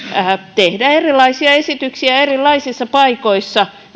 tehdä erilaisia esityksiä erilaisissa paikoissa